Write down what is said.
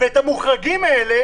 מה זה הדבר הזה?